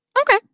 Okay